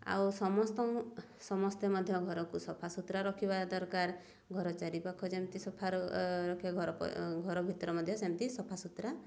ଆଉ ସମସ୍ତଙ୍କୁ ସମସ୍ତେ ମଧ୍ୟ ଘରକୁ ସଫାସୁତୁରା ରଖିବା ଦରକାର ଘର ଚାରିପାଖ ଯେମିତି ସଫା ରଖେ ଘର ଘର ଭିତରେ ମଧ୍ୟ ସେମିତି ସଫାସୁତୁରା